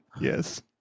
Yes